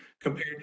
compared